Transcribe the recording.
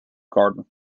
garden